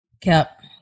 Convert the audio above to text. cap